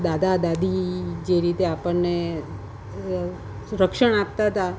દાદા દાદી જે રીતે આપણને રક્ષણ આપતા હતાં